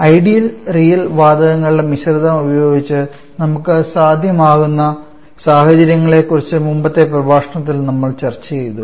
ideal real വാതകങ്ങളുടെ മിശ്രിതം ഉപയോഗിച്ച് നമുക്ക് സാധ്യമാകുന്ന സാഹചര്യത്തെക്കുറിച്ച് മുമ്പത്തെ പ്രഭാഷണത്തിൽ നമ്മൾ ചർച്ച ചെയ്തു